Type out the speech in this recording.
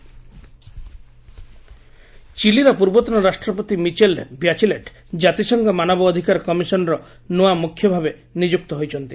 UN right chief ଚିଲିର ପୂର୍ବତନ ରାଷ୍ଟ୍ରପତି ମିଚେଲ୍ ବ୍ୟାଚିଲେଟ୍ ଜାତିସଂଘ ମାନବ ଅଧିକାର କମିଶନ୍ର ନୂଆ ମୁଖ୍ୟ ଭାବେ ନିଯୁକ୍ତ ହୋଇଛନ୍ତି